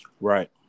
Right